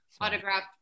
autograph